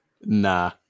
Nah